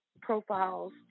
profiles